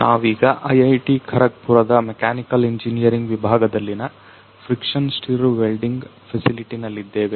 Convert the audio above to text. ನಾವೀಗ ಐಐಟಿ ಖರಗ್ ಪುರದ ಮೆಕ್ಯಾನಿಕಲ್ ಇಂಜಿನಿಯರಿಂಗ್ ವಿಭಾಗದಲ್ಲಿನ ಫ್ರಿಕ್ಷನ್ ಸ್ಟಿರ್ ವೆಲ್ಡಿಂಗ್ ಫೆಸಿಲಿಟಿನಲ್ಲಿದ್ದೇವೆ